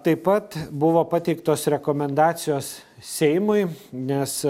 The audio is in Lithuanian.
taip pat buvo pateiktos rekomendacijos seimui nes